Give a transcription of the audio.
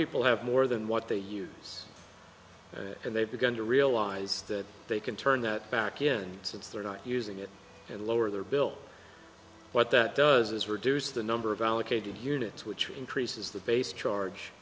people have more than what they use and they've begun to realize that they can turn that back in since they're not using it and lower their bill but that does is reduce the number of allocated units which increases the base charge